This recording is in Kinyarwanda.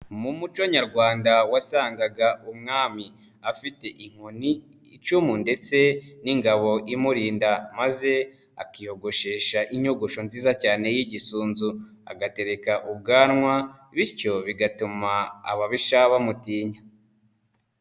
Mu muco nyarwanda wasangaga umwami afite inkoni, icumu ndetse n'ingabo imurinda maze akiyogoshesha inyogosho nziza cyane y'igisunzu, agatereka ubwanwa bityo bigatuma ababisha bamutinya.